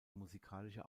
musikalische